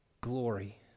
glory